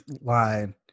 line